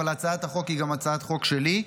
אבל הצעת החוק היא גם הצעת חוק שלי,